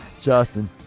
Justin